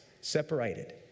separated